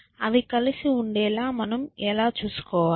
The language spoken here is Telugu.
అవి కలిసి ఉండేలా మనం ఎలా చూసుకోవాలి